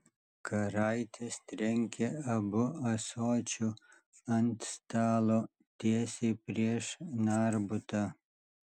karaitis trenkė abu ąsočiu ant stalo tiesiai prieš narbutą